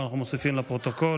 אבל אנחנו מוסיפים לפרוטוקול.